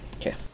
Okay